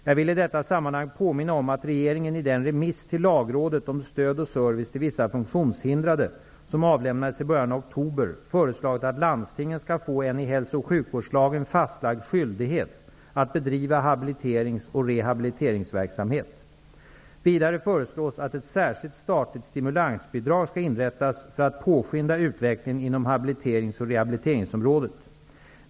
Jag vill i detta sammanhang påminna om att regeringen i den remiss till lagrådet om stöd och service till vissa funktionshindrade som avlämnades i början av oktober, föreslagit att landstingen skall få en i hälso och sjukvårdslagen fastlagd skyldighet att bedriva habiliterings och rehabiliteringsverksamhet. Vidare föreslås att ett särskilt statligt stimulansbidrag skall inrättas för att påskynda utvecklingen inom habiliterings och rehabiliteringsområdet.